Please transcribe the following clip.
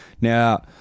Now